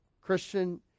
Christian